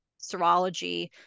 serology